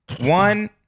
One